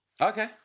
Okay